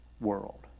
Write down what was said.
world